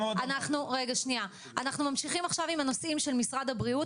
על הסעיף של הפיטורים,